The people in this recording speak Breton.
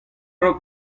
raok